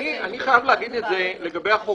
החוק